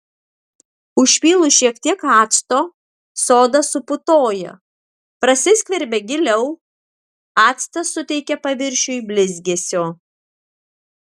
užpylus šiek tiek acto soda suputoja prasiskverbia giliau actas suteikia paviršiui blizgesio